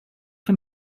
för